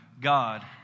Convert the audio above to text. God